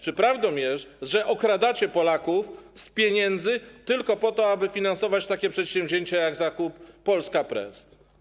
Czy prawdą jest, że okradacie Polaków z pieniędzy tylko po to, aby finansować takie przedsięwzięcia jak zakup Polska Press?